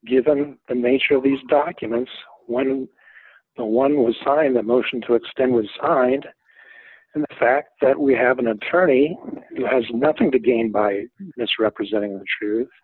given the nature of these documents when no one was signed the motion to extend was signed and the fact that we have an attorney who has nothing to gain by misrepresenting the truth